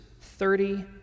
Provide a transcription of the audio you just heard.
thirty